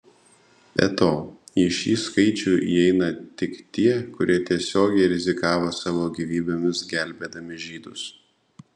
be to į šį skaičių įeina tik tie kurie tiesiogiai rizikavo savo gyvybėmis gelbėdami žydus